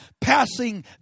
passing